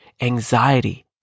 anxiety